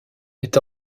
est